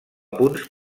punts